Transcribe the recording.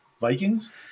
Vikings